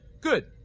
Good